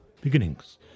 beginnings